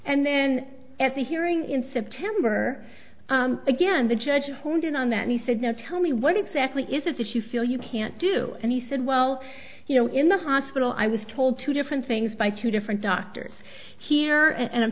and then at the hearing in september again the judge honed in on that he said now tell me what exactly is it that you feel you can't do and he said well you know in the hospital i was told two different things by two different doctors here and i'm